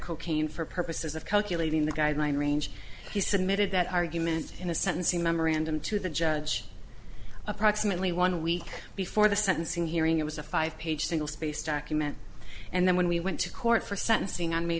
cocaine for purposes of calculating the guideline range he submitted that argument in a sentencing memorandum to the judge approximately one week before the sentencing hearing it was a five page single spaced document and then when we went to court for sentencing on may